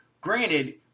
granted